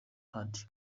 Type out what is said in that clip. had